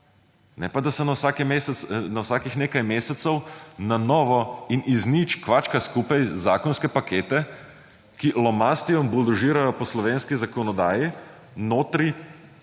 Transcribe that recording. ne pa, da se na vsakih nekaj mesecev na novo in iz nič kvačka skupaj zakonske pakete, ki lomastijo in buldožirajo po slovenski zakonodaji, notri